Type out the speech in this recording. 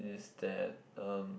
is that um